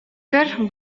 көр